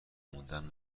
موندن